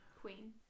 queen